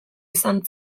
izan